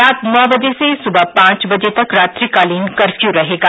रात नौ बजे से सुबह पांच बजे तक रात्रिकालीन कर्फ्यू रहेगा